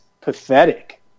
pathetic